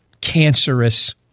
cancerous